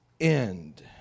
end